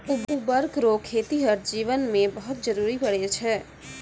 उर्वरक रो खेतीहर जीवन मे बहुत जरुरी पड़ै छै